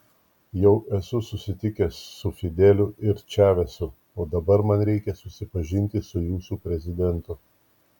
jau esu susitikęs su fideliu ir čavesu o dabar man reikia susipažinti su jūsų prezidentu